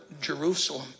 Jerusalem